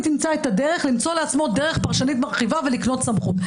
ימצא את הדרך למצוא לעצמו דרך פרשנית מרחיבה ולקנות סמכות.